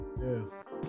Yes